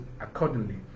accordingly